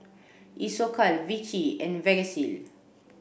Isocal Vichy and Vagisil